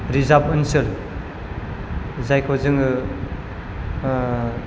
reserve ओनसोल जायखौ जोङो